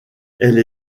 elle